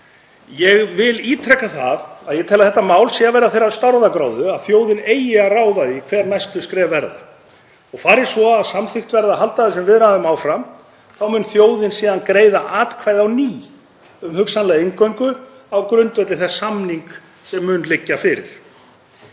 Ég vil ítreka það að ég tel að þetta mál sé af þeirri stærðargráðu að þjóðin eigi að ráða því hver næstu skref verða. Fari svo að samþykkt verði að halda þessum viðræðum áfram þá mun þjóðin síðan greiða atkvæði á ný um hugsanlega inngöngu á grundvelli þess samnings sem mun liggja fyrir.